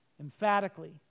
emphatically